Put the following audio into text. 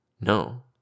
No